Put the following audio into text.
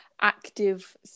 active